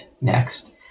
next